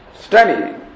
study